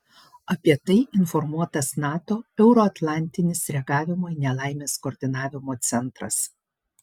apie tai informuotas nato euroatlantinis reagavimo į nelaimes koordinavimo centras